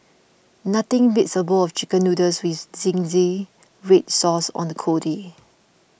nothing beats a bowl of Chicken Noodles with Zingy Red Sauce on a cold day